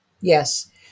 Yes